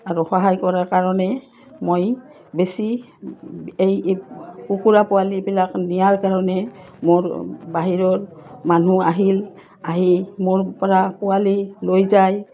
আৰু সহায় কৰাৰ কাৰণে মই বেছি এই এই কুকুৰা পোৱালীবিলাক নিয়াৰ কাৰণে মোৰ বাহিৰৰ মানুহ আহিল আহি মোৰপৰা পোৱালি লৈ যায়